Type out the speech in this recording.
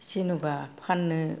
जेन'बा फाननो